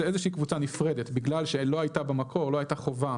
זו איזושהי קבוצה נפרדת בגלל שלא הייתה במקור חובה